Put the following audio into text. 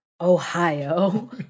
Ohio